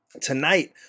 tonight